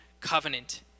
covenant